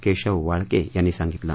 केशव वाळके यांनी सांगितलं